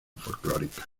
folclóricas